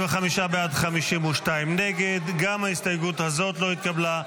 45 בעד, 52 נגד, גם ההסתייגות הזאת לא התקבלה.